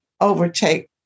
overtake